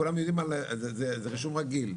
כולם יודעים על, זה רישום רגיל.